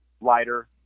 lighter